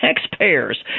taxpayers